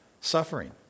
suffering